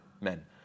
men